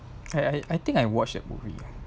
I I think I watched the movie